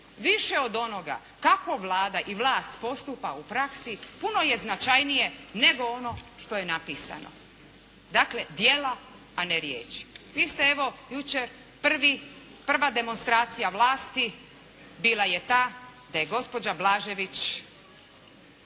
više od onoga kako Vlada i vlast postupa u praksi, puno je značajnije nego ono što je napisano, dakle djela a ne riječi. Vi ste evo jučer prva demonstracija vlasti bila je ta da je gospođa Blažević